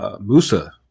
Musa